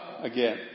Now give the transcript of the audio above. again